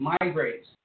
migrates